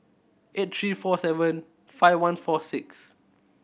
eight three four seven five one four six